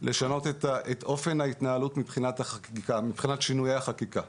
את אופן ההתנהלות מבחינת שינויי החקיקה.